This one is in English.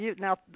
now